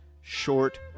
short